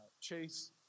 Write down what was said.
Chase